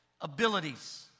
abilities